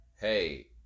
hey